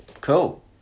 Cool